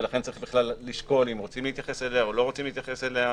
ולכן צריך בכלל לשקול אם רוצים להתייחס אליה או לא רוצים להתייחס אליה,